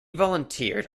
volunteered